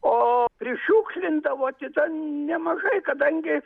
o prišiukšlindavo tai ten nemažai kadangi